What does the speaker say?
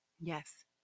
Yes